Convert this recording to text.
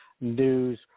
News